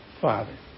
father